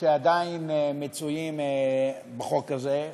שעדיין מצויים בחוק הזה.